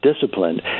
disciplined